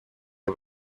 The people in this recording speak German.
der